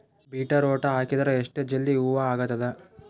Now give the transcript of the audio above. Beetroot ಹಾಕಿದರ ಎಷ್ಟ ಜಲ್ದಿ ಹೂವ ಆಗತದ?